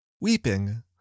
Weeping